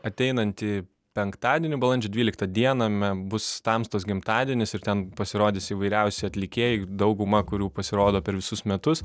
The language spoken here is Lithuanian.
ateinantį penktadienį balandžio dvyliktą dieną me bus tamstos gimtadienis ir ten pasirodys įvairiausių atlikėjų dauguma kurių pasirodo per visus metus